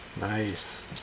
Nice